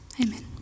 Amen